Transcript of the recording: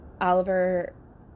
Oliver